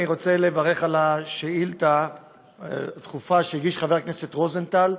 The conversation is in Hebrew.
אני רוצה לברך על השאילתה הדחופה שהגיש חבר הכנסת רוזנטל.